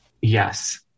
Yes